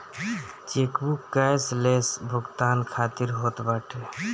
chequebook cashless भुगतान खातिर होत बाटे